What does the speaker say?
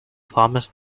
thomas